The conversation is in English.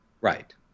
Right